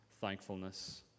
thankfulness